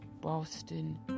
Boston